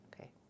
Okay